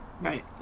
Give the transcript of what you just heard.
right